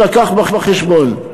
אם